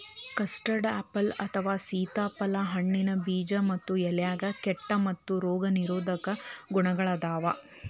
custard apple ಅಥವಾ ಸೇತಾಪ್ಯಾರಲ ಹಣ್ಣಿನ ಬೇಜ ಮತ್ತ ಎಲೆಯಾಗ ಕೇಟಾ ಮತ್ತ ರೋಗ ನಿರೋಧಕ ಗುಣಗಳಾದಾವು